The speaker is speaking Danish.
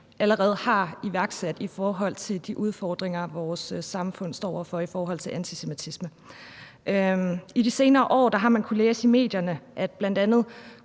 allerede har iværksat i forhold til de udfordringer, vores samfund står over for i forhold til antisemitisme. I de senere år har man kunnet læse i medierne, at bl.a.